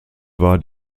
war